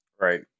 right